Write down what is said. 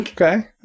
Okay